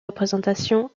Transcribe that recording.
représentations